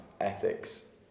ethics